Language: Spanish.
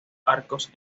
arcos